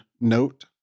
note